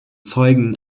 zeugen